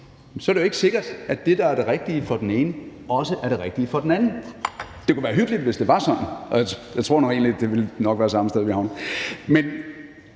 så er det jo ikke sikkert, at det, der er det rigtige for den ene, også er det rigtige for den anden. Det kunne være hyggeligt, hvis det var sådan – jeg tror nu egentlig, at det nok ville være samme sted, vi havnede. Men